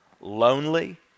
lonely